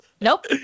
Nope